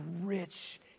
rich